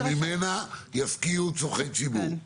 וממנה יפקיעו צורכי ציבור.